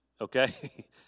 Okay